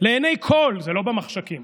לעיני כול, זה לא במחשכים